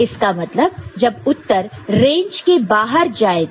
इसका मतलब जब उत्तर रेंज के बाहर जाए तो